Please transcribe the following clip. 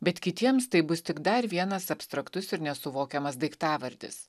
bet kitiems taip bus tik dar vienas abstraktus ir nesuvokiamas daiktavardis